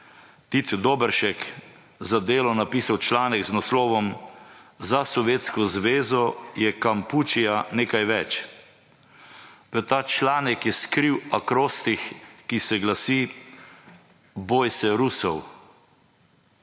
Tit Doberšek za Delo napisal članek z naslovom Za Sovjetsko zvezo je kampučija nekaj več. V ta članek je skril akrostih, ki se glasi: Boj se Rusov.